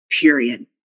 period